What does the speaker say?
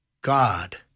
God